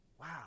Wow